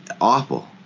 awful